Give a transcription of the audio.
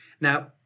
Now